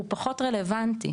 הוא פחות רלוונטי.